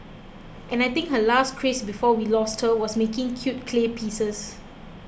and I think her last craze before we lost her was making cute clay pieces